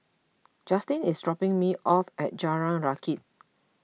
Justine is dropping me off at Jalan Rakit